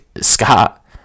Scott